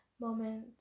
moment